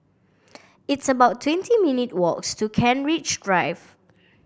it's about twenty minute walks to Kent Ridge Drive